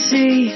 See